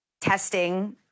testing